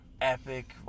epic